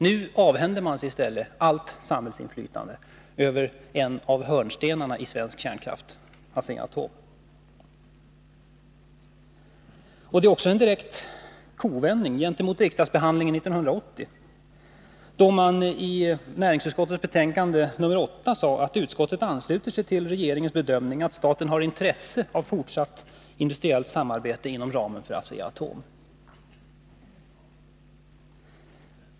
Nu avhänder man sig i stället allt samhällsinflytande över en av hörnstenarna i svensk kärnkraftsindustri, Asea-Atom. Det är också en direkt kovändning i förhållande till riksdagsbehandlingen 1980, då det i näringsutskottets betänkande nr 8 sades att utskottet ansluter sig till regeringens bedömning att staten har intresse av fortsatt industriellt samarbete inom ramen för Asea-Atom.